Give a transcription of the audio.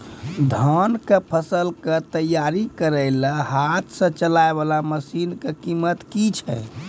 धान कऽ फसल कऽ तैयारी करेला हाथ सऽ चलाय वाला मसीन कऽ कीमत की छै?